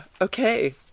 okay